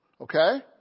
Okay